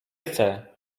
chce